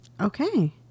Okay